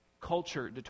Culture